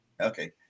Okay